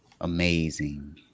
Amazing